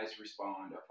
respond